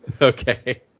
Okay